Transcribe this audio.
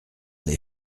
les